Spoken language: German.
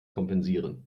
kompensieren